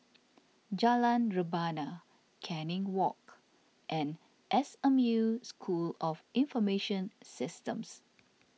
Jalan Rebana Canning Walk and S M U School of Information Systems